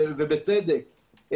ובצדק,